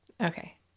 Okay